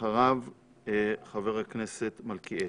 ואחריו חבר הכנסת מלכיאלי.